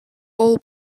all